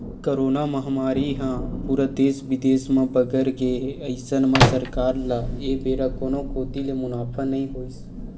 corona महामारी ह पूरा देस बिदेस म बगर गे अइसन म सरकार ल ए बेरा कोनो कोती ले मुनाफा नइ होइस